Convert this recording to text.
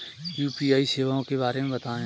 UPI सेवाओं के बारे में बताएँ?